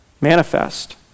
manifest